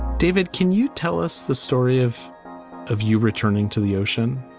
david, can you tell us the story of of you returning to the ocean?